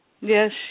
Yes